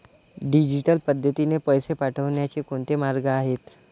Digital पद्धतीने पैसे पाठवण्याचे कोणते मार्ग आहेत?